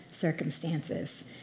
circumstances